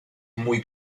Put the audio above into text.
muy